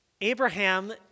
Abraham